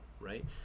right